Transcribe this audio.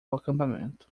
acampamento